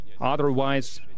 Otherwise